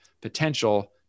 potential